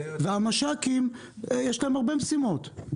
ולמש"קים יש הרבה משימות,